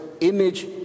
image